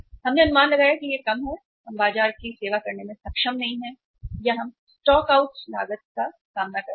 हमने अनुमान लगाया कि यह कम है और हम बाजार की सेवा करने में सक्षम नहीं हैं या हम स्टॉक आउट लागत का सामना कर रहे हैं